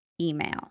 email